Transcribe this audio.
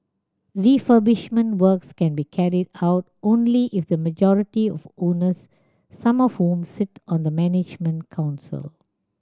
refurbishment works can be carried out only if the majority of owners some of whom sit on the management council